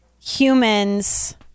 humans